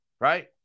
right